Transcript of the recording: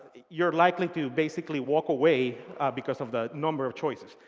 you're likely to basically walk away because of the number of choices.